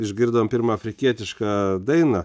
išgirdom pirmą afrikietišką dainą